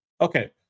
Okay